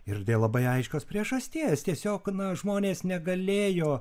ir dėl labai aiškios priežasties tiesiog na žmonės negalėjo